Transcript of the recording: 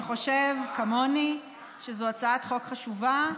שחושב כמוני שזו הצעת חוק חשובה,